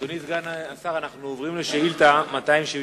אדוני סגן השר, אנחנו עוברים לשאילתא 272,